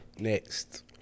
Next